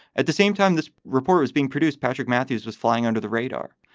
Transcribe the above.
at the same time this report was being produced, patrick matthews was flying under the radar.